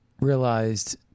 realized